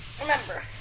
remember